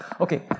Okay